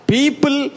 People